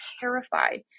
terrified